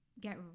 get